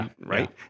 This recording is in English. right